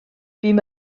bûm